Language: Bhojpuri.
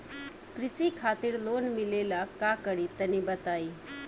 कृषि खातिर लोन मिले ला का करि तनि बताई?